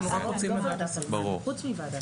ברור.